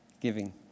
giving